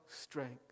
strength